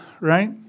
right